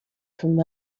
from